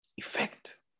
Effect